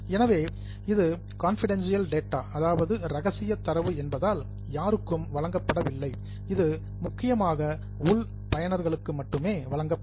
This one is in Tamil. எனவே இது கான்ஃபிடன்ஸ்யல் டேட்டா ரகசிய தரவு என்பதால் யாருக்கும் வழங்கப்படவில்லை இது முக்கியமாக உன் பயனர்களுக்கு மட்டுமே வழங்கப்படும்